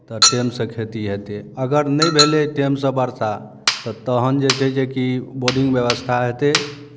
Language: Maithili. तऽ टाइमसँ खेती हेतै अगर नहि भेलै टाइमसँ वर्षा तऽ तखन जे छै जे कि बोर्डिंग व्यवस्था हेतै